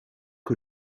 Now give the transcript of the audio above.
que